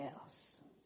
else